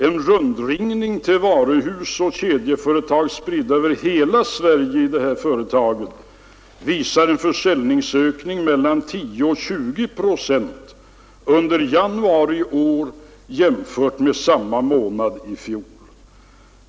En rundringning till detta företags varuhus och kedjeföretag, spridda över hela Sverige, visar en försäljningsökning på 10—20 procent under januari i år jämfört med samma månad i fjol.